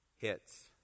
hits